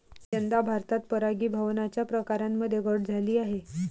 यंदा भारतात परागीभवनाच्या प्रकारांमध्ये घट झाली आहे